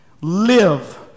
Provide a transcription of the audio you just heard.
live